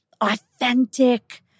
authentic